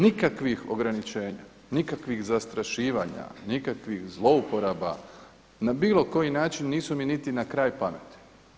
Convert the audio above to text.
Nikakvih ograničenja, nikakvih zastrašivanja, nikakvih zlouporaba na bilo koji način nisu mi niti na kraj pameti.